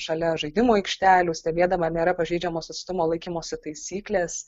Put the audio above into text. šalia žaidimų aikštelių stebėdama ar nėra pažeidžiamos atstumo laikymosi taisyklės